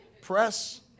Press